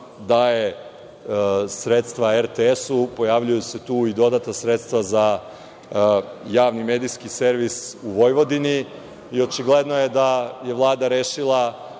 daje sredstva RTS. Pojavljuju se tu i dodatna sredstva za Javni medijski servis u Vojvodini. Očigledno je da je Vlada rešila